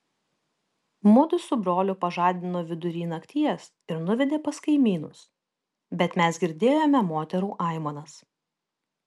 mudu su broliu pažadino vidury nakties ir nuvedė pas kaimynus bet mes girdėjome moterų aimanas